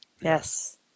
yes